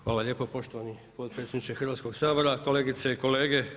Hvala lijepa poštovani potpredsjedniče Hrvatskog sabora, kolegice i kolege.